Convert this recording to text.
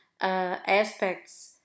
aspects